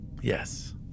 Yes